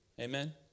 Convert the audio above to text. Amen